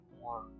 more